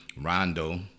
Rondo